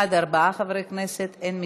בעד, ארבעה חברי כנסת, אין מתנגדים,